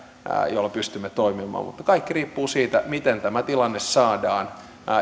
jolla pystymme toimimaan mutta kaikki riippuu siitä miten tämä tilanne saadaan